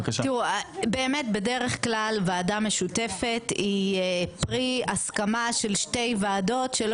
באמת בדרך כלל ועדה משותפת היא פרי הסכמה של שתי ועדות שלא